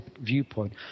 viewpoint